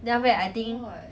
then after that I think